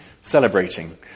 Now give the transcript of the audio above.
celebrating